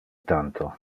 tanto